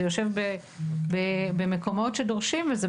זה יושב במקומות שדורשים את זה.